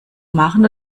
machen